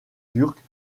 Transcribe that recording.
turques